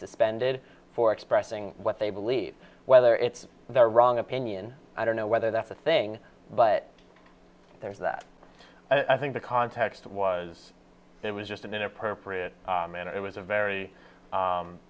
suspended for expressing what they believe whether it's their wrong opinion i don't know whether that's the thing but there's that i think the context was it was just an inappropriate manner it was a very